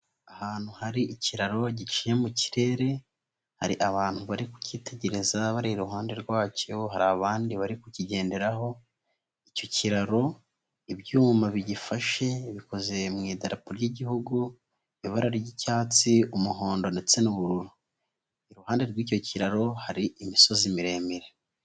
Ahantu hari ikiraro giciye mu kirere, hari abantu bari kukitegereza bari iruhande rwacyo, hari abandi bari kukigenderaho, icyo kiraro ibyuma bigifashe bikoze mu idarapo ry'igihugu ibara ry'icyatsi, umuhondo ndetse n'ubururu. Iruhande rw'icyo kiraro hari imisozi miremire.